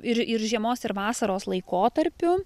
ir ir žiemos ir vasaros laikotarpiu